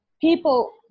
people